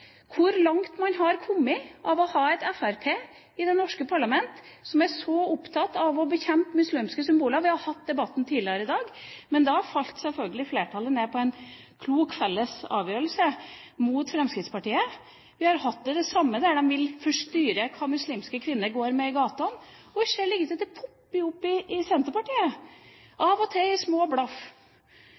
hvor langt man har kommet ved å ha Fremskrittspartiet i det norske parlamentet som er så opptatt av å bekjempe muslimske symboler. Vi har hatt debatten tidligere i dag, men da falt sjølsagt flertallet ned på en klok felles avgjørelse mot Fremskrittspartiet. Vi har hatt det samme i forbindelse med at de vil styre hva muslimske kvinner går med i gatene, og vi ser likeledes at det popper opp i Senterpartiet, av og til i små blaff.